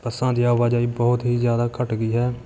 ਬੱਸਾਂ ਦੀ ਆਵਾਜਾਈ ਬਹੁਤ ਹੀ ਜ਼ਿਆਦਾ ਘੱਟ ਗਈ ਹੈ